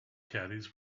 caddies